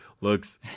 looks